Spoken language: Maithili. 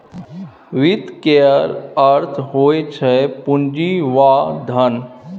वित्त केर अर्थ होइ छै पुंजी वा धन